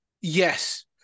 Yes